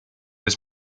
his